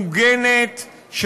מוגנת,